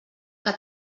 que